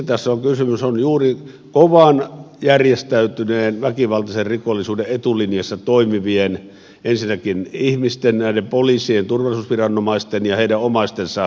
tässä on ensinnäkin kysymys juuri kovan järjestäytyneen väkivaltaisen rikollisuuden etulinjassa toimivien ihmisten näiden poliisien turvallisuusviranomaisten ja heidän omaistensa suojelemisesta